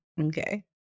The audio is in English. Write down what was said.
okay